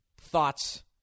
thoughts